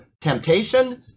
temptation